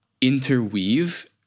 interweave